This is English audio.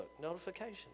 notification